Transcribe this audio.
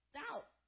doubt